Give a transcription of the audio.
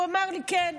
הוא אמר לי כן.